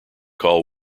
call